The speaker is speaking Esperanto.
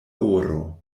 oro